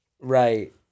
right